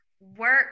work